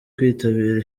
kwitabira